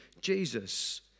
Jesus